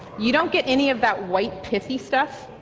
you won't get any of that white pithy stuff.